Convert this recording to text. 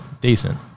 decent